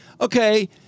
okay